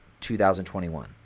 2021